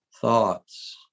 thoughts